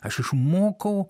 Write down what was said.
aš išmokau